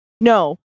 No